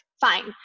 fine